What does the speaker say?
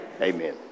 Amen